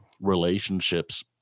relationships